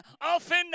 often